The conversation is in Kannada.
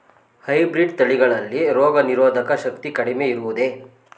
ಹೈಬ್ರೀಡ್ ತಳಿಗಳಲ್ಲಿ ರೋಗನಿರೋಧಕ ಶಕ್ತಿ ಕಡಿಮೆ ಇರುವುದೇ?